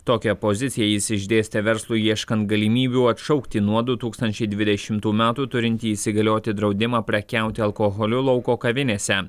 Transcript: tokią poziciją jis išdėstė verslui ieškant galimybių atšaukti nuo du tūkstančiai dvidešimtų metų turintį įsigalioti draudimą prekiauti alkoholiu lauko kavinėse